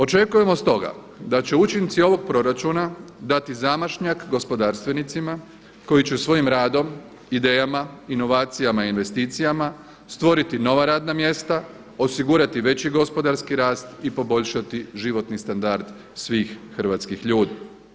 Očekujemo stoga da će učinci ovog proračuna dati zamašnjak gospodarstvenicima koji će svojim radom, idejama, inovacijama i investicijama stvoriti nova radna mjesta, osigurati veći gospodarski rast i poboljšati životni standard svih hrvatskih ljudi.